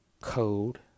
code